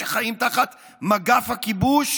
שחיים תחת מגף הכיבוש,